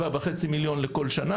27,500,000 ₪ לכל שנה.